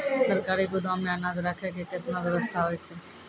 सरकारी गोदाम मे अनाज राखै के कैसनौ वयवस्था होय छै?